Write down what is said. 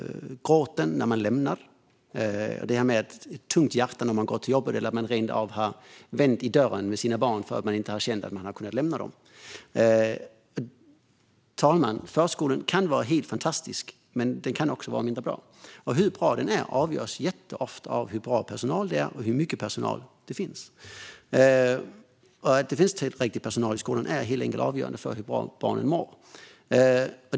Gråten när man lämnar. Då är det med ett tungt hjärta man går till jobbet. Man har rent av vänt i dörren med sina barn för att man inte känt att man kunnat lämna dem. Fru talman! Förskolan kan vara helt fantastisk men också mindre bra, och hur bra den är avgörs jätteofta av hur bra personalen är och hur mycket personal det finns. Att det finns tillräckligt med personal i förskolan är helt enkelt avgörande för hur bra barnen mår.